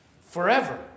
Forever